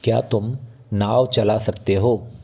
क्या तुम नाव चला सकते हो